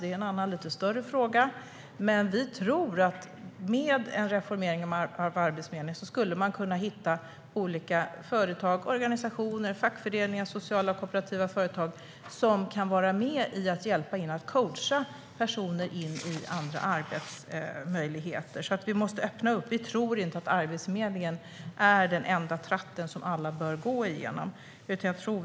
Det är en lite större fråga, men vi tror att man med en reformering av Arbetsförmedlingen skulle kunna hitta olika företag, organisationer, fackföreningar och sociala och kooperativa företag som kan vara med och hjälpa till att coacha personer till andra arbetsmöjligheter. Vi måste öppna upp. Vi tror inte att Arbetsförmedlingen är den enda tratten som alla bör gå igenom.